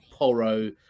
Poro